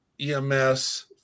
EMS